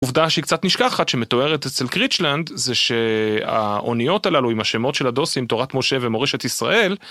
עובדה שהיא קצת נשכחת שמתוארת אצל "קריצ'לנד", זה שהאוניות הללו עם השמות של הדוסים "תורת משה" ו"מורשת ישראל".